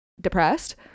depressed